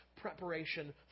preparation